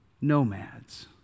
nomads